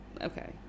Okay